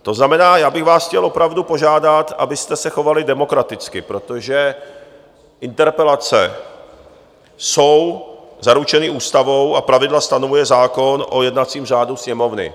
To znamená, já bych vás chtěl opravdu požádat, abyste se chovali demokraticky, protože interpelace jsou zaručeny ústavou a pravidla stanovuje zákon o jednacím řádu Sněmovny.